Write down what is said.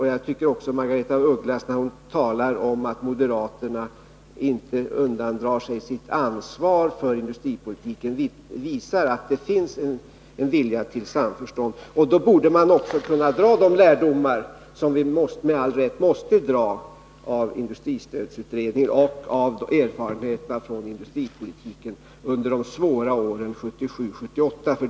Jag tycker att också Margaretha af Ugglas när hon talar om att moderaterna inte undandrar sig sitt ansvar för industripolitiken visar att det finns en vilja till samförstånd. Då borde man också kunna dra de lärdomar som vi med all rätt måste dra av industristödsutredningen och av erfarenheterna från industripolitiken under de svåra åren 1977-1978.